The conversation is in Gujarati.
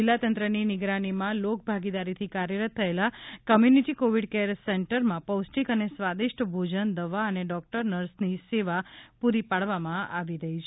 જિલ્લા તંત્રની નિગરાનીમાં લોક ભાગીદારી થી કાર્યરત થયેલા કોમ્યુનિટી કોવિડ કેર સેન્ટર્સમાં પૌષ્ટિક અને સ્વાદિષ્ટ ભોજન દવા અને ડોક્ટર નર્સની સેવા પૂરી પાડવામાં આવી રહી છે